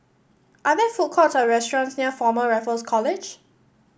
are there food courts or restaurants near Former Raffles College